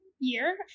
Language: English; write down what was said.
Year